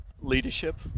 Leadership